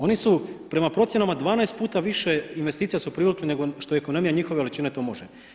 Oni su prema procjenama 12 puta više investicija su privukli nego što ekonomija njihove veličine to može.